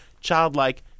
childlike